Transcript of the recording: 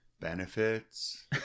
benefits